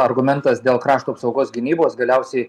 argumentas dėl krašto apsaugos gynybos galiausiai